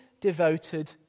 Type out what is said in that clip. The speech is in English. devoted